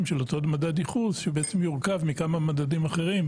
של אותו מדד ייחוס שיורכב מכמה מדדים אחרים,